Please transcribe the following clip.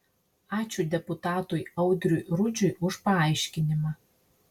ačiū deputatui audriui rudžiui už paaiškinimą